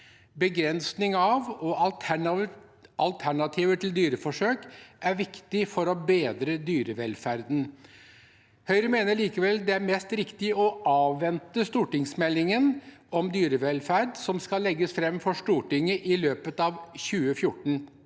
Begrensning av og alternativer til dyreforsøk er viktig for å bedre dyrevelferden. Høyre mener likevel det er mest riktig å avvente stortingsmeldingen om dyrevelferd, som skal legges fram for Stortinget i løpet av 2024.